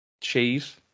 Cheese